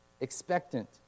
expectant